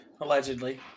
Allegedly